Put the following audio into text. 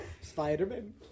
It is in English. Spider-Man